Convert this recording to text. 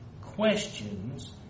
questions